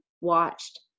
watched